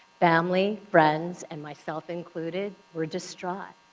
family, friends and myself included were distraught.